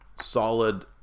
solid